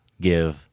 give